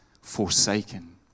forsaken